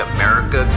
America